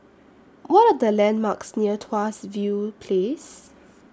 What Are The landmarks near Tuas View Place